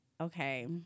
okay